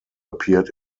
appeared